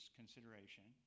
consideration